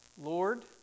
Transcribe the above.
Lord